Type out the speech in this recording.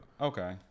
Okay